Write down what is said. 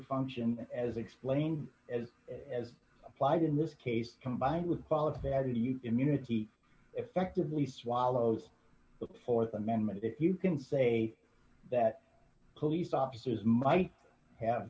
function as explained as as applied in this case combined with qualities that the immunity effectively swallows the th amendment if you can say that police officers might have